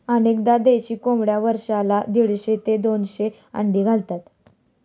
अनेकदा देशी कोंबड्या वर्षाला दीडशे ते दोनशे अंडी घालतात